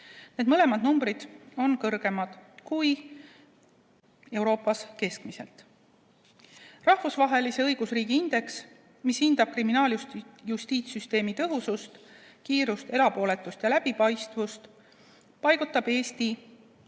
Need mõlemad numbrid on kõrgemad kui Euroopas keskmiselt. Rahvusvahelise õigusriigi indeks, mis hindab kriminaaljustiitssüsteemi tõhusust, kiirust, erapooletust ja läbipaistvust, paigutab Eesti